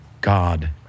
God